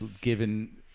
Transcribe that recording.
given